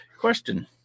question